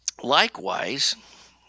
Likewise